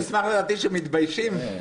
זה מסמך שמתביישים בו.